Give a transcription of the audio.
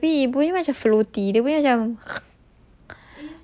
eh tak lah tapi ibu punya macam floaty tapi dia macam